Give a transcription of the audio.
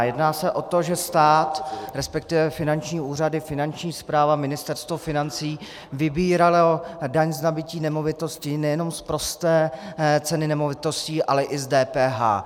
Jedná se o to, že stát, resp. finanční úřady, Finanční správa, Ministerstvo financí vybíralo daň z nabytí nemovitosti nejenom z prosté ceny nemovitostí, ale i z DPH.